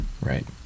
Right